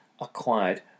acquired